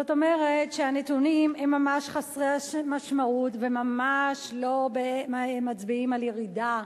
זאת אומרת שהנתונים הם ממש חסרי משמעות וממש לא מצביעים על ירידה.